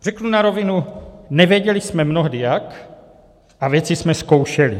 Řeknu na rovinu, nevěděli jsme mnohdy jak a věci jsme zkoušeli.